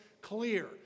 clear